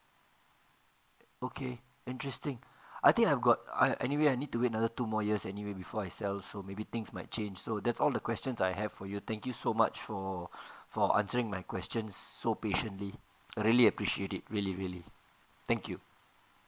okay interesting I think I've got I I anyway I need to another two more years anyway before I sell so maybe things might change so that's all the questions I have for you thank you so much for for answering my questions so patiently I really appreciate it really really thank you